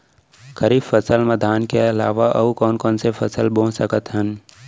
खरीफ फसल मा धान के अलावा अऊ कोन कोन से फसल बो सकत हन?